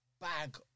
bag